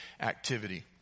activity